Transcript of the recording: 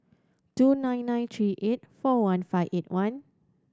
two nine nine three eight four one five eight one